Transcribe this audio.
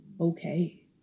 okay